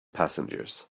passengers